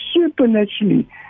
supernaturally